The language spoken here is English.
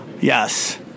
Yes